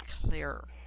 clearer